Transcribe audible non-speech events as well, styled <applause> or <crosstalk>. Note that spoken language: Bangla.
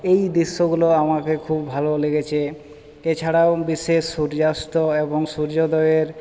এই দৃশ্যগুলো আমাকে খুব ভালো লেগেছে এছাড়াও <unintelligible> সূর্যাস্ত এবং সূর্যোদয়ের